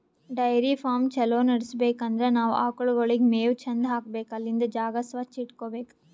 dairy farm ಛಲೋ ನಡ್ಸ್ಬೇಕ್ ಅಂದ್ರ ನಾವ್ ಆಕಳ್ಗೋಳಿಗ್ ಮೇವ್ ಚಂದ್ ಹಾಕ್ಬೇಕ್ ಅಲ್ಲಿಂದ್ ಜಾಗ ಸ್ವಚ್ಚ್ ಇಟಗೋಬೇಕ್